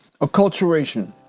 Acculturation